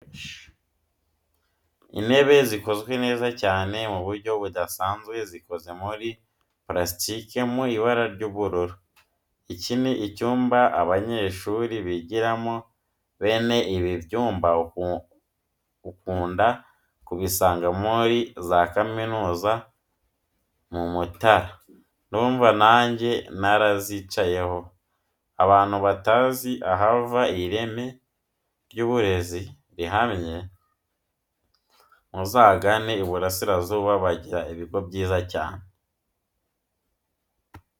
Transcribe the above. Intebe zikozwe neza cyane mu buryo budasanzwe zikoze muri purasitike mu ibara ry'ubururu. Iki ni icyumba abanyeshuri bigiramo bene ibi byumba ukunda kubisanga muri za kaminuza zo mu mutara ndumva nange narazicayeho. Abantu batazi ahava ireme ry'uburezi rihamye muzagane Iburasirazuba bagira ibigo byiza cyane.